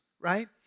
right